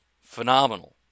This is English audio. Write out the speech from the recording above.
phenomenal